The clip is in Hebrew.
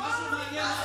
מה הפריע לך,